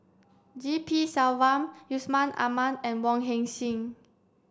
G P Selvam Yusman Aman and Wong Heck Sing